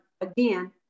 again